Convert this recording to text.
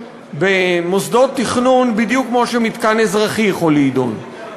במוסדות תכנון בדיוק כמו שמתקן אזרחי יכול להידון,